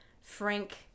Frank